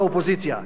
לאופוזיציה,